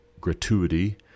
gratuity